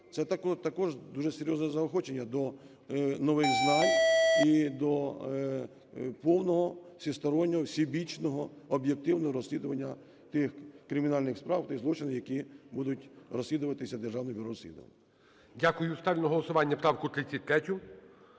це також дуже серйозне заохочення до нових знань і до повного, всестороннего, всебічного, об'єктивного розслідування тих кримінальних справ, тих злочинів, які будуть розслідуватись Державним бюро розслідувань. ГОЛОВУЮЧИЙ. Дякую. Ставлю на голосування правку 33.